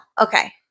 okay